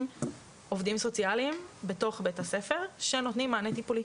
עובדים סוציאליים בתוך בית הספר שנותנים מענה טיפולי.